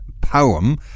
poem